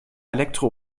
elektro